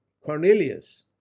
Cornelius